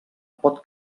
pot